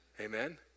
Amen